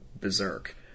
Berserk